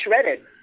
shredded